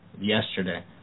yesterday